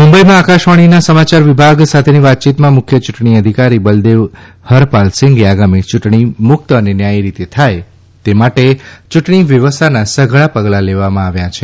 મુંબઇમાં આકાશવાણીના સમાચાર વિભાગ સાથેની વાતચીતમાં મુખ્ય ચૂંટણી અધિકારી બલદેવ હરપાલ સિંગે આગામી યૂંટણી મુક્ત અને ન્યાયી રીતે થાય તે માટે યૂંટણી વ્યવસ્થાના સઘળા પગલાં લેવામાં આવ્યા છે